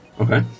Okay